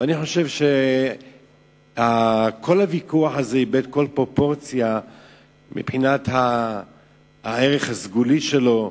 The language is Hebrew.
אני חושב שכל הוויכוח הזה איבד כל פרופורציה מבחינת הערך הסגולי שלו,